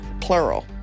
plural